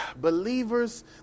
believers